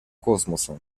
космоса